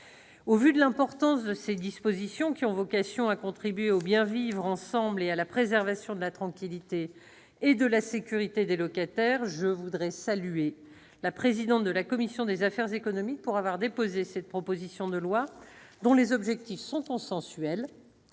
Au vu de l'importance de ces dispositions, qui ont « vocation à contribuer au bien vivre ensemble et à la préservation de la tranquillité et de la sécurité des locataires », je voudrais saluer l'initiative prise par la présidente de la commission des affaires économiques en déposant cette proposition de loi, dont les objectifs sont consensuels,